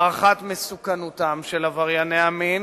הערכת מסוכנותם של עברייני המין